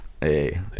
Hey